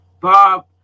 Bob